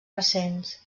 recents